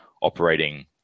operating